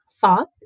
thought